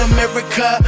America